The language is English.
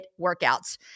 workouts